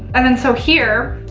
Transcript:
and then so here,